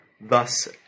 thus